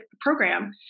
program